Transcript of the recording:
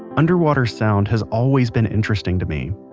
underwater sound has always been interesting to me.